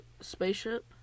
spaceship